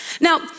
Now